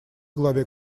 главе